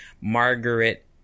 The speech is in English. Margaret